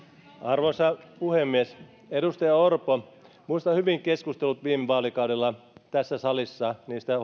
arvoisa puhemies edustaja orpo muistan hyvin viime vaalikauden keskustelut tässä salissa niistä